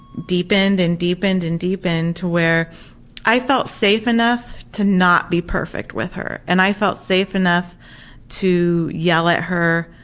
deepened and deepened and deepened to where i felt safe enough to not be perfect with her, and i felt safe enough to yell at her,